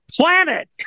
planet